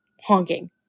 honking